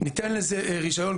- ניתן לזה רישיון,